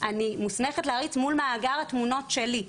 אני מוסמכת להריץ מול מאגר התמונות שלי,